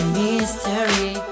mystery